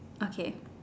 okay